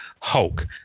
Hulk